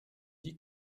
die